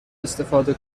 استفاده